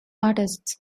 artists